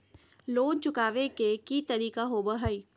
Loan चुकाबे के की तरीका होबो हइ?